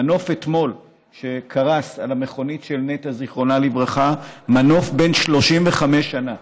המנוף שאתמול קרס על המכונית של נטע ז"ל הוא בן 35 שנה.